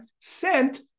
sent